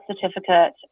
certificate